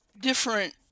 different